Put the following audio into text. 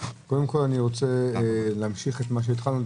אבל אני חושב שהמס על המלאי אינו